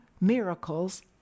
miracles